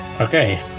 Okay